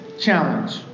challenge